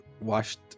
washed